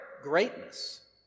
greatness